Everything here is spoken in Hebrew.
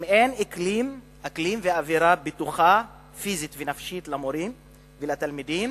אם אין אקלים ואווירה בטוחה פיזית ונפשית למורים ולתלמידים,